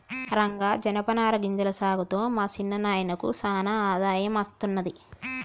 రంగా జనపనార గింజల సాగుతో మా సిన్న నాయినకు సానా ఆదాయం అస్తున్నది